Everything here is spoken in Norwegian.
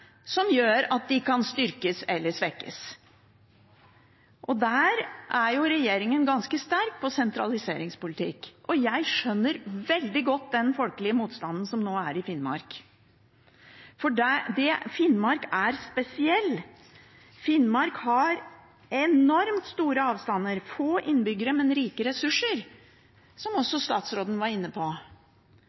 som gjør at de kan styrkes eller svekkes. Og der er regjeringen ganske sterk på sentraliseringspolitikk. Jeg skjønner veldig godt den folkelige motstanden som nå er i Finnmark, for Finnmark er spesielt. Finnmark har enormt store avstander og få innbyggere, men rike ressurser, som også statsråden var inne på.